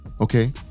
Okay